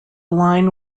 line